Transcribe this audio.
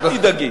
אל תדאגי.